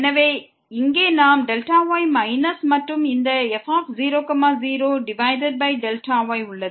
எனவே இங்கே நமக்கு y மைனஸ் மற்றும் இந்த f0 0 டிவைடட் பை Δy உள்ளது